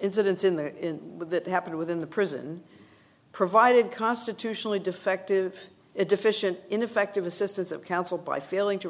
incidents in the with that happened within the prison provided constitutionally defective deficient ineffective assistance of counsel by failing to